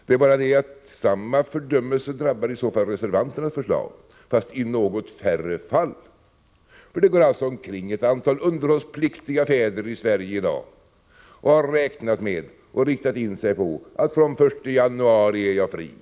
Det är bara det att samma fördömelse i så fall drabbar även reservanternas förslag, fast i något färre fall. Det går alltså omkring ett antal underhållsplik tiga fäder i Sverige i dag, som har räknat med och riktat in sig på att de från den 1 januari är fria.